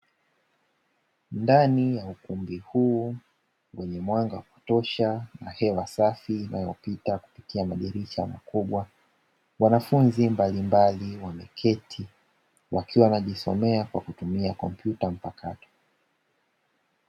Ndani ya ukumbi huu wenye mwanga wa kutosha na hewa safi inayopita kupitia madirisha makubwa, wanafunzi mbalimbali wameketi wakiwa wanajisomea kwa kutumia kompyuta mpakato.